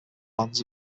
lands